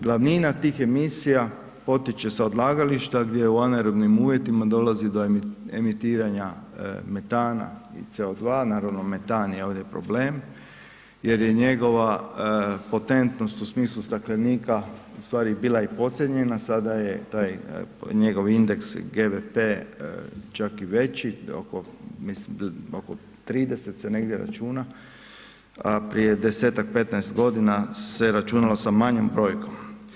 Glavnina tih emisija potiče sa odlagališta gdje u anaeriobnim uvjetima dolazi do emitiranja metana i CO2, naravno metan je ovdje problem jer je njegova potentnost u smislu staklenika u stvari i bila i podcijenjena sada je taj njegov indeks GVT čak i veći mislim oko 30 se negdje računa, a prije 10-tak, 15 godina se računalo sa manjom brojkom.